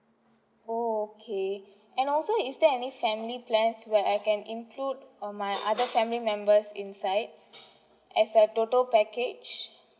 orh okay and also is there any family plans where I can include or my other family members inside as a total package